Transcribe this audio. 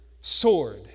sword